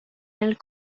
nel